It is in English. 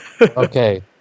Okay